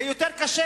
זה יותר קשה.